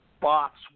box